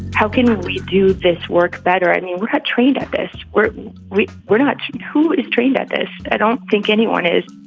how can we do this work better? i mean, we're had trained at this where we we're not who is trained at this. i don't think anyone is